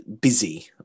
busy